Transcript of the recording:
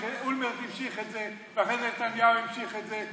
אולמרט המשיך את זה ואחרי זה נתניהו המשיך את זה,